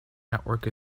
network